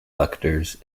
electors